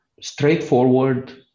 straightforward